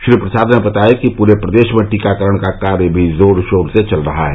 श्री प्रसाद ने बताया कि पूरे प्रदेश में टीकाकरण का कार्य भी जोर शोर से चल रहा है